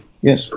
yes